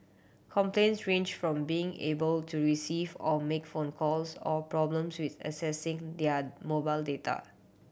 complaints range from being unable to receive or make phone calls or problems with accessing their mobile data